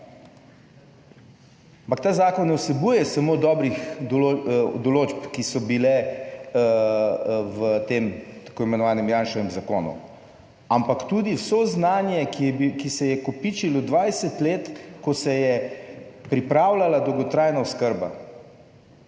ta zakon ne vsebuje samo dobrih določb, ki so bile v tem tako imenovanem Janševem zakonu, ampak tudi vso znanje, ki se je kopičilo 20 let, ko se je pripravljala dolgotrajna oskrba.